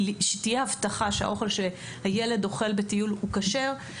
שתהיה הבטחה שהאוכל שהילד יאכל בטיול הוא כשר.